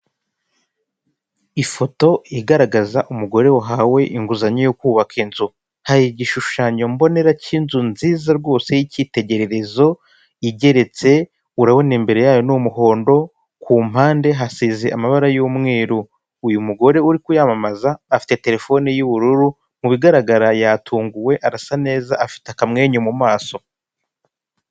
Ifoto igaragaza umugore wahawe inguzanyo yo kubaka inzu hari igishushanyo mbonera cy'inzu nziza rwose y'icyitegererezo, igeretse, urabona imbere yayo ni umuhondo kumpande hasize amabara y'umweru. Uyu mugore uri kuyamamaza afite terefone y'ubururu mu bigaragara yatunguwe arasa neza afite akamwenyu mu mumaso.